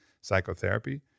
psychotherapy